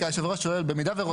יושב הראש שואל במידה ורוצים,